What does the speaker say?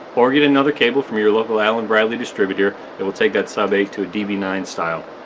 or get another cable from your local allen-bradley distributor, it will take that sub eight to a d b nine style.